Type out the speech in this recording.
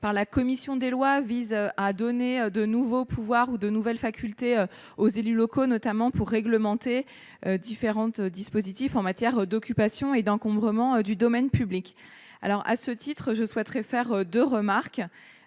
par la commission des lois visent à donner de nouveaux pouvoirs ou de nouvelles facultés aux élus locaux, notamment pour réglementer différents dispositifs en matière d'occupation et d'encombrement du domaine public. À ce titre, je souhaiterais formuler deux remarques.